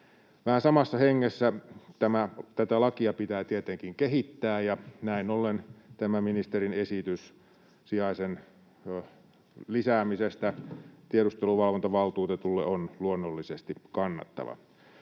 Vähän samassa hengessä tätä lakia pitää tietenkin kehittää, ja näin ollen tämä ministerin esitys sijaisen lisäämisestä tiedusteluvalvontavaltuutetulle on luonnollisesti kannatettava.